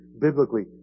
biblically